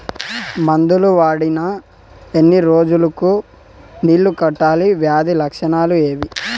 మందులు వాడిన ఎన్ని రోజులు కు నీళ్ళు కట్టాలి, వ్యాధి లక్షణాలు ఏమి?